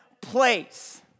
place